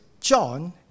john